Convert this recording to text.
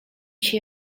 się